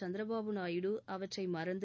சந்திரபாபு நாயுடு அவற்றை மறந்து